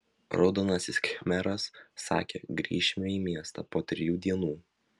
raudonasis khmeras sakė grįšime į miestą po trijų dienų